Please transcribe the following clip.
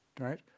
right